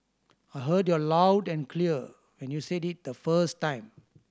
I heard you are loud and clear when you said it the first time